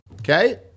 Okay